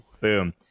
boom